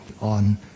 on